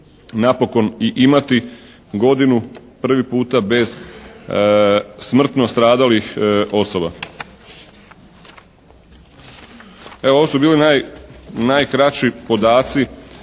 napokon i imati godinu prvi puta bez smrtno stradalih osoba. Evo ovo su bili najkraći podaci